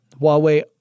Huawei